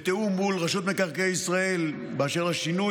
בתיאום מול רשות מקרקעי ישראל באשר לשינוי